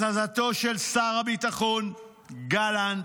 הזזתו של שר הביטחון גלנט